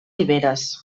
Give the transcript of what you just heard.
riberes